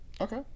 Okay